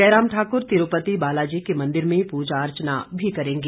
जयराम ठाकुर तिरूपति बालाजी के मंदिर में पूजा अर्चना भी करेंगे